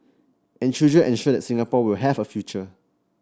and children ensure that Singapore will have a future